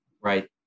right